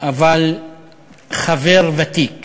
אבל חבר ותיק.